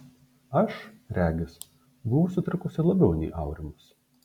aš regis buvau sutrikusi labiau nei aurimas